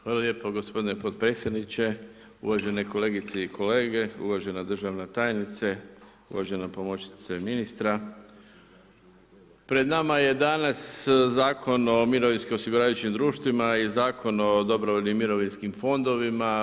Hvala lijepo gospodine potpredsjedniče, uvažene kolegice i kolege, uvažena državna tajnice, uvažena pomoćnice ministra, pred nama je danas Zakon o mirovinskim osiguravajućim društvima i Zakon o dobrovoljnim mirovinskim fondovima.